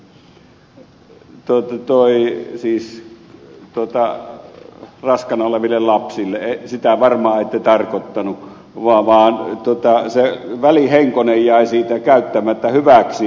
siis tuota raskaana oleville lapsille ette varmaan tarkoittanut vaan se välihenkonen jäi siitä käyttämättä hyväksi